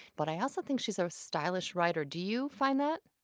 but i also think she's a stylish writer. do you find that?